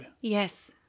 Yes